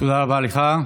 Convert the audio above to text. תודה רבה לך.